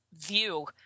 view